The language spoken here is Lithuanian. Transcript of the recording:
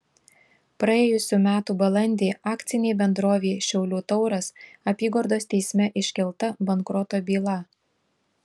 praėjusių metų balandį akcinei bendrovei šiaulių tauras apygardos teisme iškelta bankroto byla